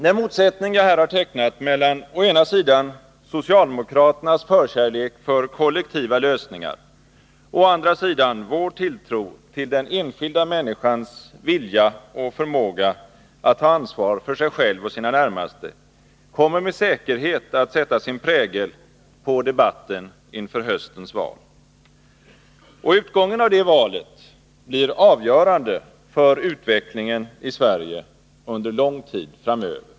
Den motsättning som jag här har tecknat mellan å ena sidan socialdemokraternas förkärlek för kollektiva lösningar och å andra sidan vår tilltro till den enskilda människans vilja och förmåga att ta ansvar för sig själv och sina närmaste kommer med säkerhet att sätta sin prägel på debatten inför höstens val. Och utgången av det valet blir avgörande för utvecklingen i Sverige under lång tid framöver.